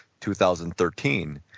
2013